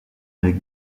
avec